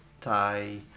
Thai